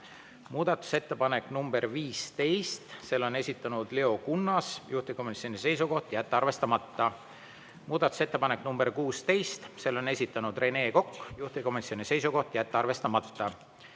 Muudatusettepanek nr 15, selle on esitanud Leo Kunnas, juhtivkomisjoni seisukoht: jätta arvestamata. Muudatusettepanek nr 16, selle on esitanud Rene Kokk, juhtivkomisjoni seisukoht: jätta arvestamata.